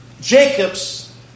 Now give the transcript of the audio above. Jacob's